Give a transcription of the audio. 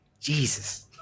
Jesus